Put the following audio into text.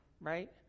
Right